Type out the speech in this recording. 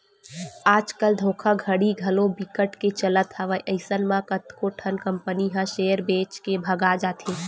आज कल धोखाघड़ी घलो बिकट के चलत हवय अइसन म कतको ठन कंपनी ह सेयर बेच के भगा जाथे